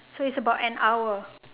so it's about an hour